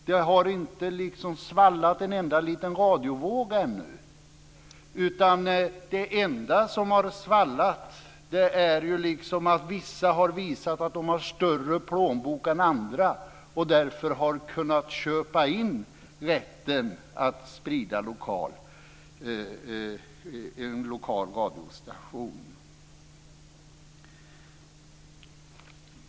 Det har inte svallat en enda liten radiovåg ännu, utan det enda som har svallat är att vissa har visat att de har en större plånbok än andra och därför har kunnat köpa in rätten att sprida sändningar via en lokal radiostation.